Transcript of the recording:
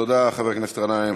תודה, חבר הכנסת גנאים.